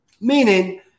Meaning